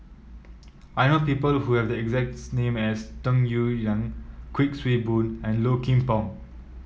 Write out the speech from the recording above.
I know people who have the exact name as Tung Yue Reng Kuik Swee Boon and Low Kim Pong